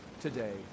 today